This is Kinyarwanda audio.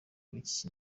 ari